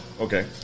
Okay